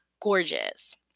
gorgeous